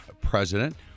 president